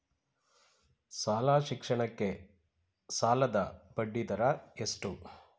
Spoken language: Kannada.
ಶಾಲಾ ಶಿಕ್ಷಣಕ್ಕೆ ಸಾಲದ ಬಡ್ಡಿದರ ಎಷ್ಟು?